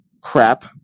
crap